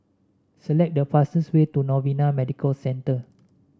select the fastest way to Novena Medical Center